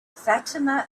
fatima